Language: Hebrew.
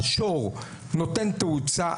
השור נותן תאוצה,